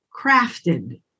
crafted